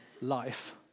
life